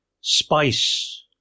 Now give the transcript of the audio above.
spice